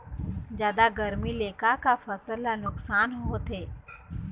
जादा गरमी ले का का फसल ला नुकसान होथे?